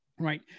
Right